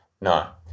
No